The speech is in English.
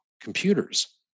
computers